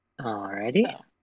Alrighty